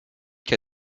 qu’à